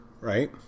right